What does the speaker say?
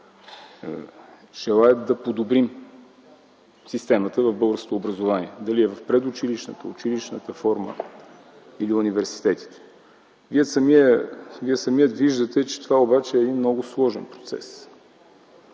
желаят да подобрим системата в българското образование – дали е в предучилищната, училищната форма или университетите. Вие самият виждате, че това обаче е един много сложен процес.